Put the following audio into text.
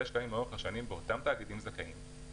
שקלים לאורך השנים באותם תאגידים זכאים,